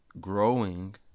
growing